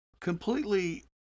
completely